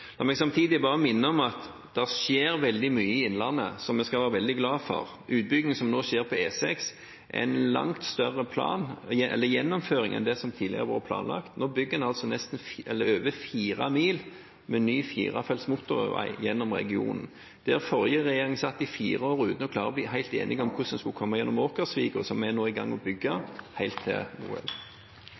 samtidig bare minne om at det skjer veldig mye i Innlandet som vi skal være veldig glad for – utbyggingen som nå skjer på E6, er en langt større gjennomføring enn det som har vært planlagt. Nå bygger en over fire mil med ny firefelts motorvei gjennom regionen – der forrige regjering satt i fire år uten å klare å bli helt enige om hvordan en skulle komme gjennom Åkersvika, og som vi nå er i gang med å bygge, helt til